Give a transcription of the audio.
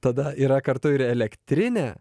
tada yra kartu ir elektrinė